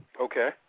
Okay